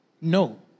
No